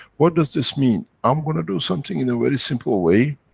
what does this mean? i'm going to do something in a very simple way,